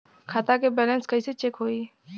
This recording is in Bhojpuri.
खता के बैलेंस कइसे चेक होई?